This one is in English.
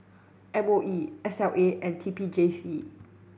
M O E S L A and T P J C